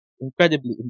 incredibly